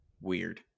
weird